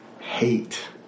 hate